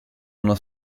uno